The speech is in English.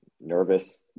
nervous